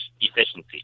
efficiency